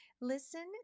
Listen